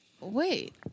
wait